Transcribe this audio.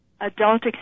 adult